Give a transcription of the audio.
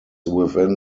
within